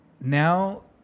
now